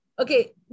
okay